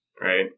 right